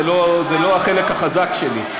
זה לא החלק החזק שלי.